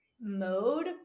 mode